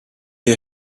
you